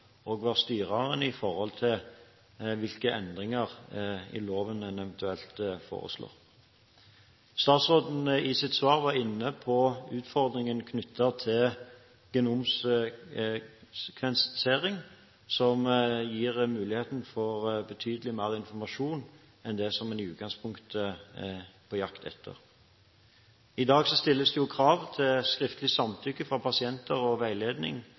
hvilke endringer i loven en eventuelt foreslår. Statsråden var i sitt svar inne på utfordringen knyttet til genomsekvensering, som gir mulighet for betydelig mer informasjon enn det en i utgangspunktet er på jakt etter. I dag stilles det krav til skriftlig samtykke fra pasienten og til veiledning